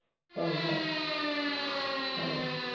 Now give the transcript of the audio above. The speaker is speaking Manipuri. ꯍꯣꯏ ꯍꯣꯏ ꯍꯣꯏ